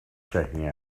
checking